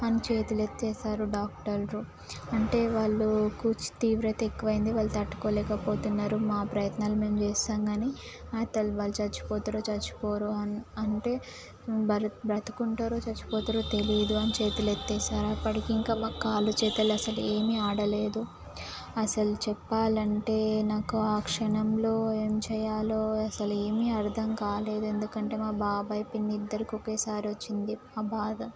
అని చేతులు ఎత్తేసారు డాక్టర్లు అంటే వాళ్ళు కూచి తీవ్రత ఎక్కువైంది వాళ్ళు తట్టుకోలేకపోతున్నారు మా ప్రయత్నాల మేము చేస్తాం కాని వాళ్ళు చచ్చిపోతారో చచ్చిపోరో అం అంటే వాళ్ళు బ్రతుకుంటారో చచ్చిపోతారో తెలీదు అని చేతులు ఎత్తేసారు అప్పటికి ఇంకా మాకు కాళ్ళు చేతులు అస్సలు ఏమీ ఆడలేదు అస్సలు చెప్పాలంటే నాకు ఆ క్షణంలో ఏం చేయాలో అసలు ఏమీ అర్థం కాలేదు ఎందుకంటే మా బాబాయ్ పిన్ని ఇద్దరికీ ఒకేసారి వచ్చింది ఆ బాధ